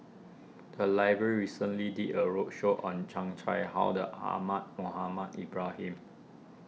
the library recently did a roadshow on Chan Chang How Ahmad Mohamed Ibrahim